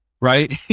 right